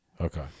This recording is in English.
Okay